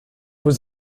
was